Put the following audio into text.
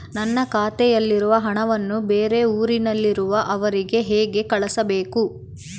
ನನ್ನ ಖಾತೆಯಲ್ಲಿರುವ ಹಣವನ್ನು ಬೇರೆ ಊರಿನಲ್ಲಿರುವ ಅವರಿಗೆ ಹೇಗೆ ಕಳಿಸಬೇಕು?